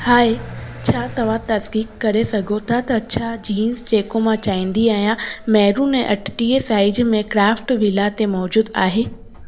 हाय छा तव्हां तसकीद करे सघो था त छा जींस जेको मां चाहींदी आहियां मैरून ऐं अठटीह साईज में क्राफ्ट्सविला ते मौजूदु आहे